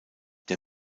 der